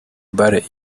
bury